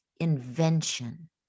invention